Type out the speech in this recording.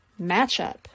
matchup